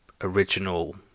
original